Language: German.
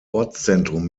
ortszentrum